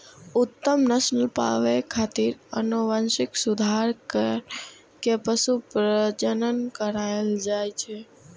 उत्तम नस्ल पाबै खातिर आनुवंशिक सुधार कैर के पशु प्रजनन करायल जाए छै